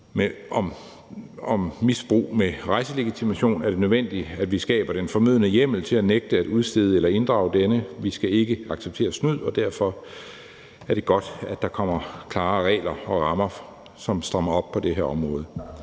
om misbrug af rejselegitimation, er det nødvendigt, at vi skaber den fornødne hjemmel til at nægte at udstede eller inddrage denne. Vi skal ikke acceptere snyd, og derfor er det godt, at der kommer klare regler og rammer, som strammer op på det her område.